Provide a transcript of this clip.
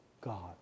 God